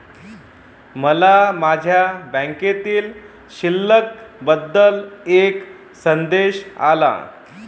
मला माझ्या बँकेतील शिल्लक बद्दल एक संदेश आला